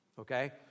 Okay